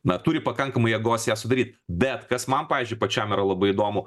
na turi pakankamai jėgos ją sudaryt bet kas man pavyzdžiui pačiam yra labai įdomu